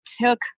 took